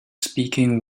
speaking